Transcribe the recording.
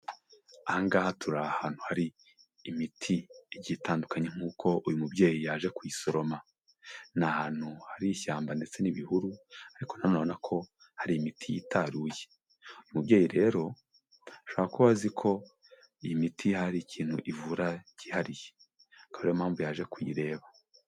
Aha ngaha tur'ahantu har'imiti igiye itandukanye nk'uko uyu mubyeyi yaje kuyisoroma, n'ahantu hari ishyamba ndetse n'ibihuru ariko na none ko hari imiti yitaruye. Umubyeyi rero ashobora kuba azi ko iyi miti ahari harikintu ivura cyihariye akaba ariyo mpamvu yaje kuyireba.